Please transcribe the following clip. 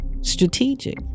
strategic